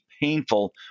painful